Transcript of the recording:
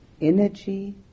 energy